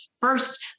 first